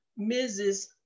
Mrs